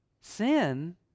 Sin